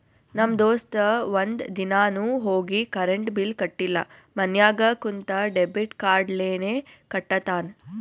ನಮ್ ದೋಸ್ತ ಒಂದ್ ದಿನಾನು ಹೋಗಿ ಕರೆಂಟ್ ಬಿಲ್ ಕಟ್ಟಿಲ ಮನ್ಯಾಗ ಕುಂತ ಡೆಬಿಟ್ ಕಾರ್ಡ್ಲೇನೆ ಕಟ್ಟತ್ತಾನ್